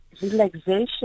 Relaxation